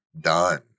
done